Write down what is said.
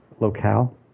Locale